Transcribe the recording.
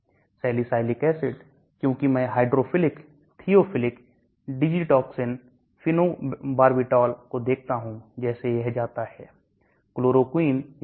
Salicylic acid क्योंकि मैं hydrophilic theophylline digitoxin phenobarbital को देखता हूं जैसे यह जाता है